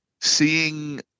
seeing